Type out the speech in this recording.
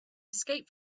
escape